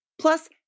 Plus